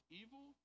evil